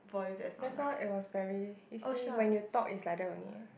just now it was very you see when you talk is like that only leh